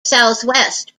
southwest